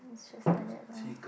just like that lor